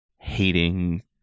hating